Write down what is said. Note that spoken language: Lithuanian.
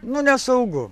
nu nesaugu